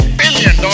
billion